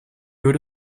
would